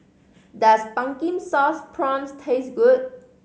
does Pumpkin Sauce Prawns taste good